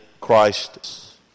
Christ